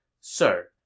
Sir